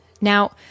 Now